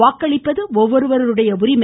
வாக்களிப்பது ஒவ்வொருவருடைய உரிமை